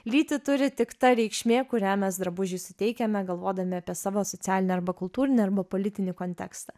lytį turi tik ta reikšmė kurią mes drabužiui suteikiame galvodami apie savo socialinę arba kultūrinį politinį kontekstą